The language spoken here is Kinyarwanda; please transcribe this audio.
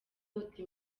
uti